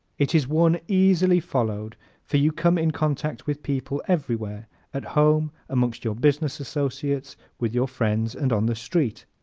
it is one easily followed for you come in contact with people everywhere at home, amongst your business associates, with your friends and on the street.